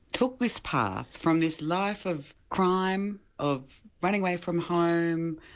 took this path from this life of crime, of running away from home,